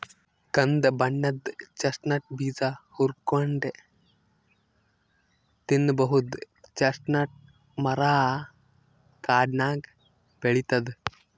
ಕಂದ್ ಬಣ್ಣದ್ ಚೆಸ್ಟ್ನಟ್ ಬೀಜ ಹುರ್ಕೊಂನ್ಡ್ ತಿನ್ನಬಹುದ್ ಚೆಸ್ಟ್ನಟ್ ಮರಾ ಕಾಡ್ನಾಗ್ ಬೆಳಿತದ್